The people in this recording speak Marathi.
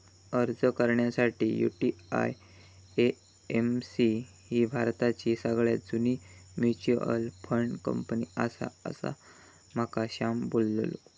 अर्ज कर साठी, यु.टी.आय.ए.एम.सी ही भारताची सगळ्यात जुनी मच्युअल फंड कंपनी आसा, असा माका श्याम बोललो